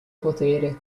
potere